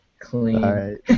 clean